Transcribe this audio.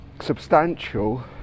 substantial